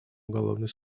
уголовный